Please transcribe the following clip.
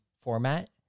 format